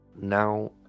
Now